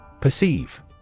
Perceive